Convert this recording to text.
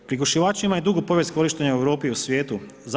Prigušivači imaju dugu povijest korištenja u Europi i svijetu.